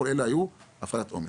כל אלו היו הפחתת עומס,